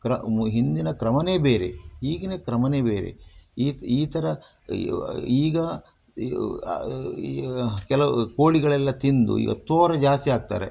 ಕ್ರ ಹಿಂದಿನ ಕ್ರಮವೇ ಬೇರೆ ಈಗಿನ ಕ್ರಮವೇ ಬೇರೆ ಈ ತ್ ಈ ಥರ ಈಗ ಕೆಲವು ಕೋಳಿಗಳೆಲ್ಲ ತಿಂದು ಈಗ ತೋರ ಜಾಸ್ತಿ ಆಗ್ತಾರೆ